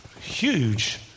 Huge